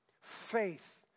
faith